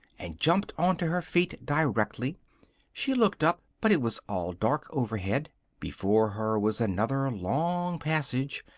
and jumped on to her feet directly she looked up, but it was all dark overhead before her was another long passage,